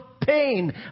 pain